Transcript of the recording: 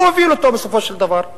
הוא הוביל אותו בסופו של דבר,